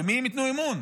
במי הם ייתנו אמון?